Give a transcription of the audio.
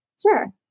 Sure